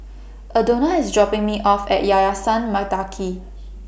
Aldona IS dropping Me off At Yayasan Mendaki